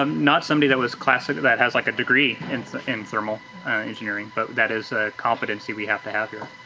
um not somebody that was classic, that has like a degree and so in thermal engineering but that is a competency we have to have here.